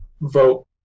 vote